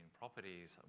properties